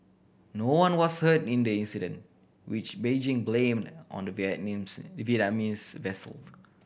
no one was hurt in the incident which Beijing blamed on the Vietnamese Vietnamese vessel